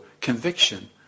conviction